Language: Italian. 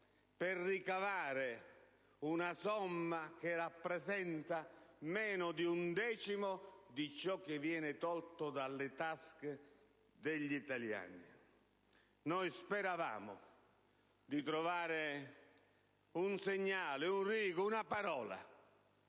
per ricavare una somma che rappresenta meno di un decimo di ciò che viene tolto dalle tasche degli italiani? Noi speravamo di trovare un segnale, una riga, una parola